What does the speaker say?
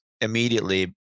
immediately